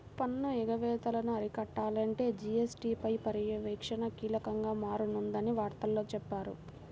పన్ను ఎగవేతలను అరికట్టాలంటే జీ.ఎస్.టీ పై పర్యవేక్షణ కీలకంగా మారనుందని వార్తల్లో చెప్పారు